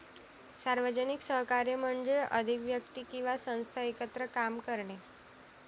सार्वजनिक सहकार्य म्हणजे अधिक व्यक्ती किंवा संस्था एकत्र काम करणे